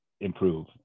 improve